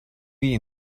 wie